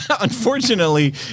unfortunately